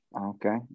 okay